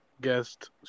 guest